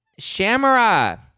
shamara